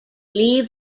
leave